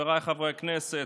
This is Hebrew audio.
חבריי חברי הכנסת,